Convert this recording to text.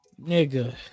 nigga